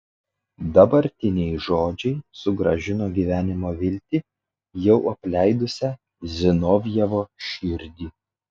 dabartiniai žodžiai sugrąžino gyvenimo viltį jau apleidusią zinovjevo širdį